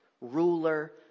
ruler